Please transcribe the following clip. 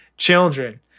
children